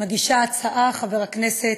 מגישי ההצעה, חבר הכנסת,